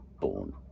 born